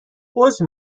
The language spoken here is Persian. عذر